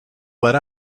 let